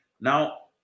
Now